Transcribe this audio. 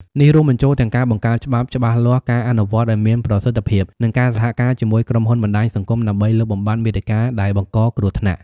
នេះរួមបញ្ចូលទាំងការបង្កើតច្បាប់ច្បាស់លាស់ការអនុវត្តន៍ឲ្យមានប្រសិទ្ធភាពនិងការសហការជាមួយក្រុមហ៊ុនបណ្តាញសង្គមដើម្បីលុបបំបាត់មាតិកាដែលបង្កគ្រោះថ្នាក់។